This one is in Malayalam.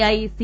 I C